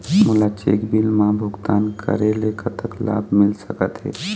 मोला cheque bill मा भुगतान करेले कतक लाभ मिल सकथे?